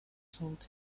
told